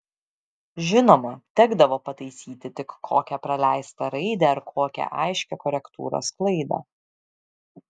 žinoma tekdavo pataisyti tik kokią praleistą raidę ar kokią aiškią korektūros klaidą